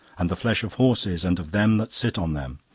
and the flesh of horses, and of them that sit on them,